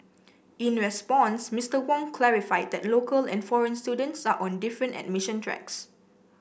in response Mister Wong clarified that local and foreign students are on different admission tracks